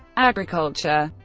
agriculture